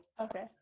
Okay